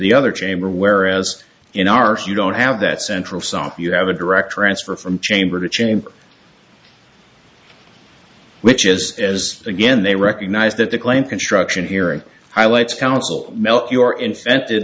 the other chamber whereas in our few don't have that central stop you have a direct transfer from chamber to chamber which is as again they recognize that the claim construction hearing highlights council melt your infected